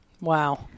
wow